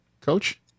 Coach